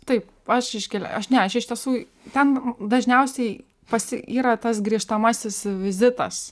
taip aš iškel aš ne aš iš tiesų ten dažniausiai pasi yra tas grįžtamasis vizitas